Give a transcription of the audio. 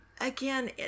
again